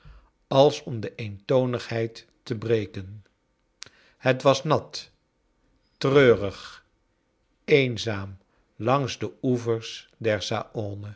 als om de eentonigheid te breken het was nat treurig eenzaam langs de oevers der saone